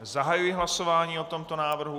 Zahajuji hlasování o tomto návrhu.